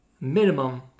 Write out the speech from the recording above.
minimum